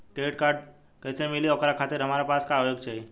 Credit card कैसे मिली और ओकरा खातिर हमरा पास का होए के चाहि?